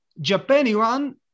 Japan-Iran